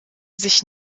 sich